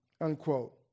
Unquote